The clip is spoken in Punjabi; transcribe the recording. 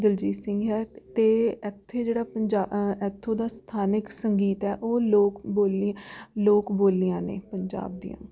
ਦਲਜੀਤ ਸਿੰਘ ਹੈ ਅਤੇ ਇੱਥੇ ਜਿਹੜਾ ਪੰਜਾ ਇੱਥੋਂ ਦਾ ਸਥਾਨਕ ਸੰਗੀਤ ਹੈ ਉਹ ਲੋਕ ਬੋਲੀ ਲੋਕ ਬੋਲੀਆਂ ਨੇ ਪੰਜਾਬ ਦੀਆਂ